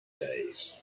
days